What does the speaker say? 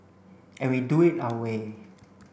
and we do it our way